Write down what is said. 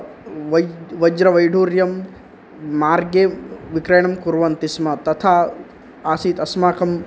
वै वज्रवैडूर्यं मार्गे विक्रयणं कुर्वन्ति स्म तथा आसीत् अस्माकं